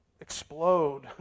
explode